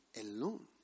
alone